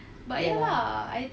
ya